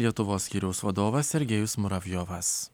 lietuvos skyriaus vadovas sergejus muravjovas